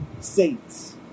saints